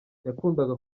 yakundaga